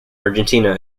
argentina